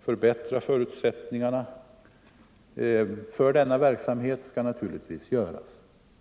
förbättra förutsättningarna för denna verksamhet skall naturligtvis göras.